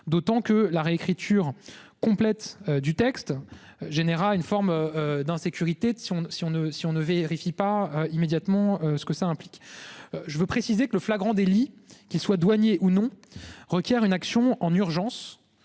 D'autant que la réécriture complète du texte. Généra une forme d'insécurité si on si on ne si on ne vérifie pas immédiatement ce que ça implique. Je veux préciser que le flagrant délit qui soit douanier ou non requiert une action en urgence